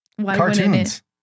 Cartoons